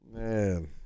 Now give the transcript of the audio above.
man